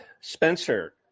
Spencer